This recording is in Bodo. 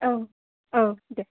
औ औ दे